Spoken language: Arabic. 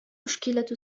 مشكلة